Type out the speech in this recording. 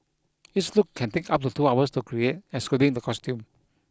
each look can take up to two hours to create excluding the costume